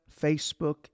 Facebook